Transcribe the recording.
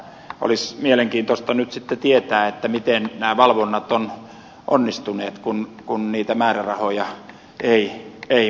olisi mielenkiintoista nyt sitten tietää miten nämä valvonnat ovat onnistuneet kun niitä määrärahoja ei myönnetty